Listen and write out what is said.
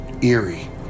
eerie